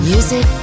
Music